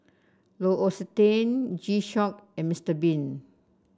L'Occitane G Shock and Mister Bean